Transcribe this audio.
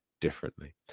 differently